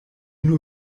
nur